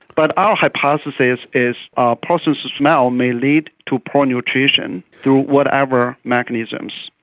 but our hypothesis is a poor sense of smell may lead to poor nutrition through whatever mechanisms.